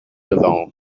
alone